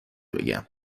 بگم